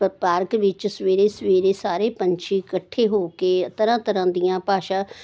ਪ ਪਾਰਕ ਵਿੱਚ ਸਵੇਰੇ ਸਵੇਰੇ ਸਾਰੇ ਪੰਛੀ ਇਕੱਠੇ ਹੋ ਕੇ ਤਰ੍ਹਾਂ ਤਰ੍ਹਾਂ ਦੀਆਂ ਭਾਸ਼ਾ